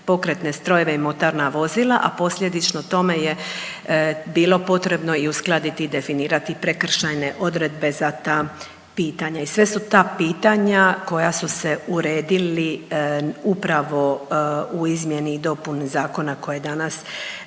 pokretne strojeve i motorna vozila, a posljedično tome je bilo potrebno i uskladiti i definirati prekršajne odredbe za ta pitanja. I sve su ta pitanja koja su se uredili upravo u izmjeni i dopuni zakona koji je danas